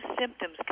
symptoms